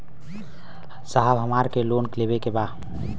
साहब हमरा के लोन लेवे के बा